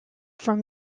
from